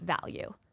value